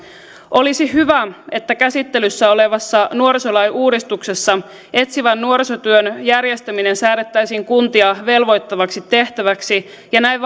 olisi hyvä että käsittelyssä olevassa nuorisolain uudistuksessa etsivän nuorisotyön järjestäminen säädettäisiin kuntia velvoittavaksi tehtäväksi ja näin